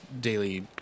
daily